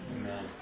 Amen